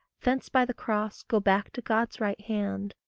thence by the cross go back to god's right hand,